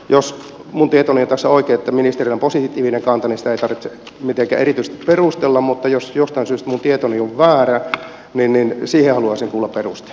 jos minun tietoni on tässä oikein että ministerillä on positiivinen kanta niin sitä ei tarvitse mitenkään erityisesti perustella mutta jos jostain syystä minun tietoni on väärä niin siihen haluaisin kuulla perusteet